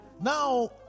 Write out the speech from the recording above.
Now